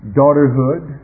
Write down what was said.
daughterhood